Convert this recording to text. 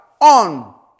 on